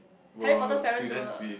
were students with